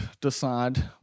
decide